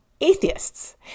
atheists